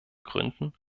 gründen